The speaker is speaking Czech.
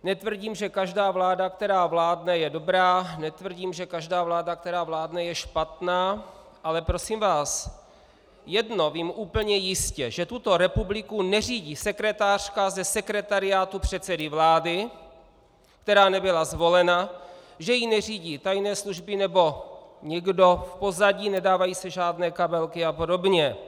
Netvrdím, že každá vláda, která vládne, je dobrá, netvrdím, že každá vláda, která vládne, je špatná, ale prosím vás, jedno vím úplně jistě, že tuto republiku neřídí sekretářka ze sekretariátu předsedy vlády, která nebyla zvolena, že ji neřídí tajné služby nebo někdo v pozadí, nedávají se žádné kabelky a podobně.